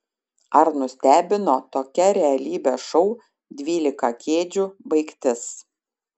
ar nustebino tokia realybės šou dvylika kėdžių baigtis